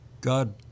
God